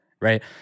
right